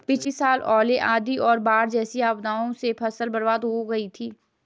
पिछली साल ओले, आंधी और बाढ़ जैसी आपदाओं से भी फसल बर्बाद हो हुई थी